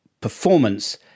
performance